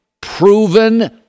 proven